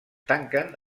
tanquen